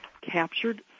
captured